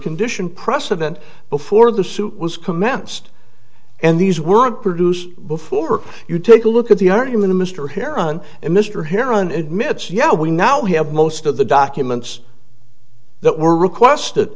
condition precedent before the suit was commenced and these were produced before you take a look at the argument mr hare on mr heron admits yeah we now have most of the documents that were